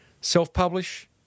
Self-publish